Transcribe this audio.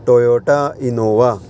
Toyota Innova